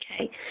okay